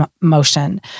motion